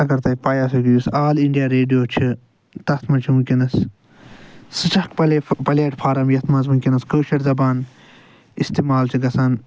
اگر تۄہہِ پاے آسٮ۪و کہِ یُس آل انڈیا ریڈیو چھُ تتھ منٛز چھُ وٕنکٮ۪نس سُہ چھُ اکھ پلیٹفارم یتھ منٛز وٕنکٮ۪نس کٲشر زبان استعمال چھِ گژھان